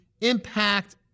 impact